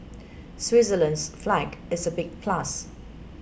Switzerland's flag is a big plus